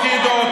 אסור להפגין?